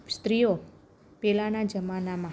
સ્ત્રીઓ પહેલાંના જમાનામાં